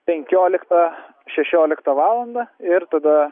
penkioliktą šešioliktą valandą ir tada